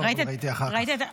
לא, אבל ראיתי אחר כך.